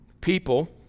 People